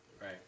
Right